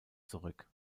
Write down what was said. zurück